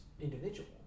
individual